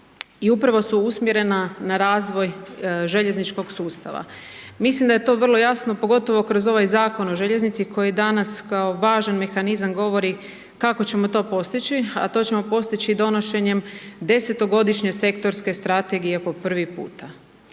upravo su usmjerena na razvoj željezničkog sustava. Mislim da je to vrlo jasno, pogotovo kroz ovaj Zakon o željeznici koji danas kao važan mehanizam govori kako ćemo to postići, a to ćemo postići donošenjem 10-godišnje sektorske strategije po prvi puta.